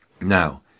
Now